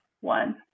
one